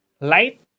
light